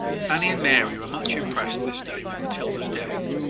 fanny and mary were much impressed this day with matilda's death.